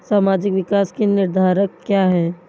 सामाजिक विकास के निर्धारक क्या है?